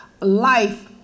life